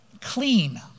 Clean